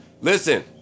Listen